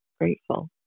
grateful